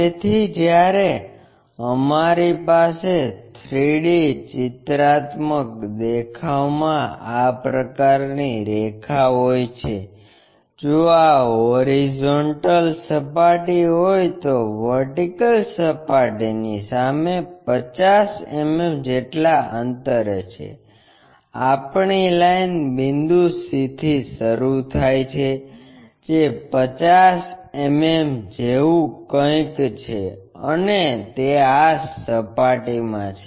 તેથી જ્યારે અમારી પાસે 3 D ચિત્રાત્મક દેખાવ માં આ પ્રકારની રેખા હોય છે જો આ હોરિઝોન્ટલ સપાટી હોય તો વર્ટિકલ સપાટીની સામે 50 mm જેટલા અંતરે છે આપણી લાઇન બિંદુ C થી શરૂ થાય છે જે 50 mm જેવું કંઈક છે અને તે આં સપાટી મા છે